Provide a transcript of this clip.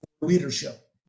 leadership